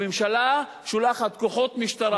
הממשלה שולחת כוחות משטרה,